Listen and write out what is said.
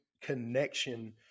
connection